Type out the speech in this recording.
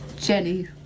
Jenny